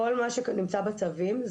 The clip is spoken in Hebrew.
כל מה שנמצא בצווים,